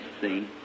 see